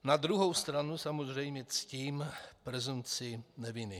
Na druhou stranu samozřejmě ctím presumpci neviny.